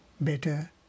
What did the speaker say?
better